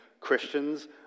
Christians